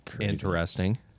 interesting